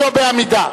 לא בעמידה.